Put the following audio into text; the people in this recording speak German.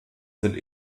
sind